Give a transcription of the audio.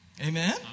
Amen